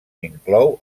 inclou